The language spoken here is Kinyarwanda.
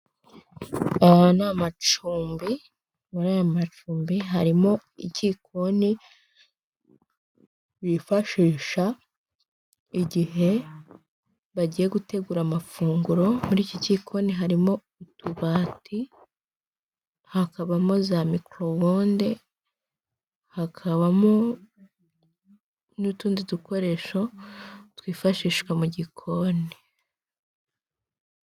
Aya ni amacumbi muri aya macumbi harimo ikikoni bifashisha igihe bagiye gutegura amafunguro, muri iki gikoni harimo utubati hakabamo za mikoropode hakabamo n'utundi dukoresho twifashishwa mu gikoni.